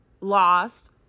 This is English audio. lost